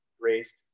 raised